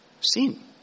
sin